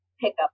pickup